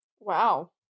Wow